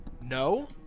No